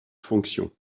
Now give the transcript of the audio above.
fonction